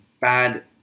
bad